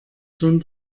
schon